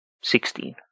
Sixteen